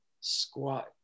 squat